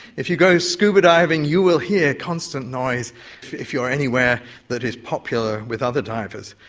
if you go scuba diving you will hear constant noise if you are anywhere that is popular with other divers.